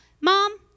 Mom